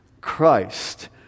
christ